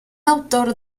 autor